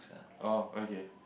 oh okay